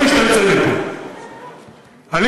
תשמור על סגנון, תשמור על סגנון.